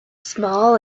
small